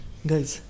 Guys